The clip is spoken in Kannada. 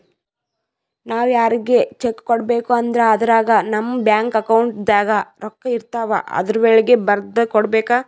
ನಾವ್ ಯಾರಿಗ್ರೆ ಚೆಕ್ಕ್ ಕೊಡ್ಬೇಕ್ ಅಂದ್ರ ಅದ್ರಾಗ ನಮ್ ಬ್ಯಾಂಕ್ ಅಕೌಂಟ್ದಾಗ್ ರೊಕ್ಕಾಇರ್ತವ್ ಆದ್ರ ವಳ್ಗೆ ಬರ್ದ್ ಕೊಡ್ಬೇಕ್